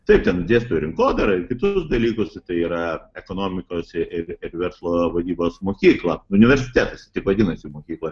taip ten dėsto rinkodarą ir kitus dalykus tai yra ekonomikos ir ir verslo vadybos mokykla universitetas tik vadinasi mokykla